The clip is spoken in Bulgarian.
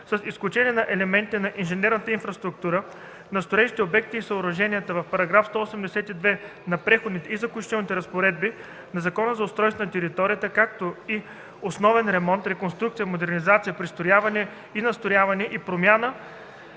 с изключение на елементите на инженерната инфраструктура, на строежите, обектите и съоръженията от § 182 на Преходните и заключителни разпоредби на Закона за устройство на територията, както и основен ремонт, реконструкция, модернизация, пристрояване и надстрояване и промяна